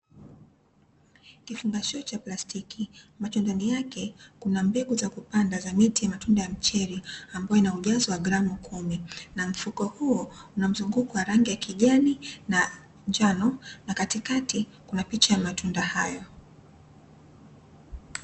Kifungashio cha plastiki, ambacho ndani yake kuna mbegu za kupanda za miti ya matunda ya mchele ambayo ina ujazo wa gramu kumi, na mfuko huo una mzunguko wa rangi ya kijani na njano na katikati kuna picha ya matunda hayo.